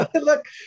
Look